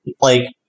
like-